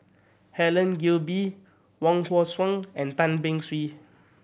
Helen Gilbey Wong Hong Suen and Tan Beng Swee